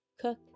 cook